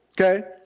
Okay